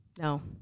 No